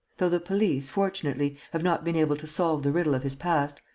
though the police, fortunately, have not been able to solve the riddle of his past,